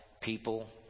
people